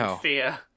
fear